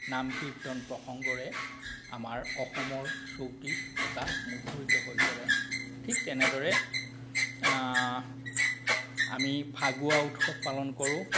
নাম কীৰ্তন প্ৰসংগৰে আমাৰ অসমৰ চৌদিশ বতাহ মুখৰিত হৈ পৰে ঠিক তেনেদৰে আমি ফাকুৱা উৎসৱ পালন কৰোঁ